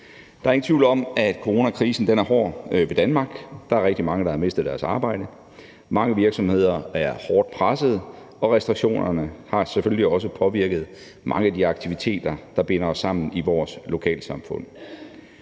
Der er ingen tvivl om, at coronakrisen er hård ved Danmark. Der er rigtig mange, der har mistet deres arbejde, mange virksomheder er hårdt pressede, og restriktionerne har selvfølgelig også påvirket mange af de aktiviteter, der binder os sammen i vores lokalsamfund.